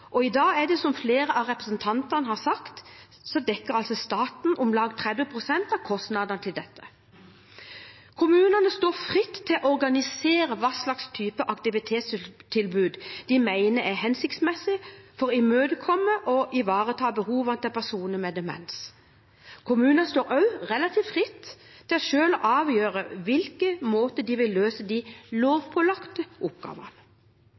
om lag 30 pst. av kostnadene med dette. Kommunene står fritt til å organisere hvilken type aktivitetstilbud de mener er hensiktsmessig for å imøtekomme og ivareta behovene til personer med demens. Kommunene står også relativt fritt til selv å avgjøre på hvilken måte de vil løse de lovpålagte oppgavene.